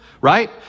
Right